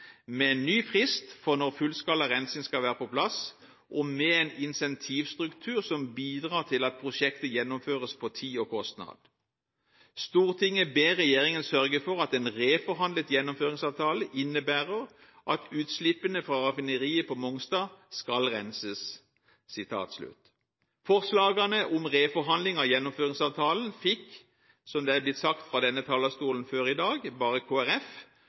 med en ny frist for når fullskala rensing skal være på plass, og med en insentivstruktur som bidrar til at prosjektet gjennomføres på tid og kostnad.» Og: «Stortinget ber regjeringen sørge for at en reforhandlet gjennomføringsavtale innebærer at utslippene fra raffineriet på Mongstad skal renses.» Forslagene om reforhandling av gjennomføringsavtalen fikk, som det er blitt sagt fra denne talerstolen før i dag, bare